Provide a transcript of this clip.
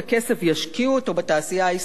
ישקיעו אותו בתעשייה הישראלית.